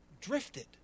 drifted